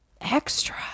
extra